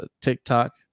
TikTok